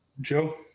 Joe